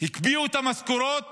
הקפיאו את המשכורות